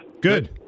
Good